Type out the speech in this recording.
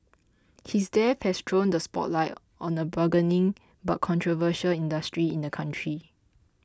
his death has thrown the spotlight on a burgeoning but controversial industry in the country